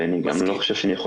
ואני גם לא חושב שאני,